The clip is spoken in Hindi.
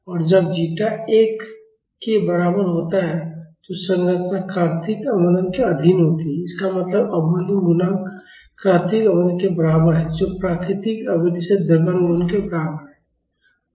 और जब जीटा 1 के बराबर होता है तो संरचना क्रांतिक अवमंदन के अधीन होती है इसका मतलब है अवमंदन गुणांक क्रांतिक अवमंदन के बराबर है जो प्राकृतिक आवृत्ति से द्रव्यमान गुणा के बराबर है